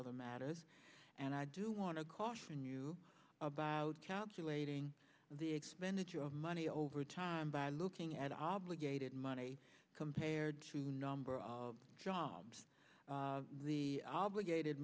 t matters and i do want to caution you about jobs awaiting the expenditure of money over time by looking at obligated money compared to number of jobs the obligated